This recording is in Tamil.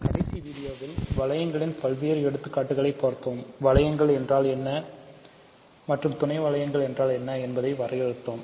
கடைசி வீடியோவில் என்றால் என்ன என்பதைவரையறுத்தோம்